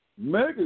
Mega